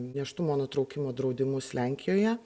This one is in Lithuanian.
nėštumo nutraukimo draudimus lenkijoje